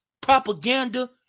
propaganda